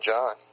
John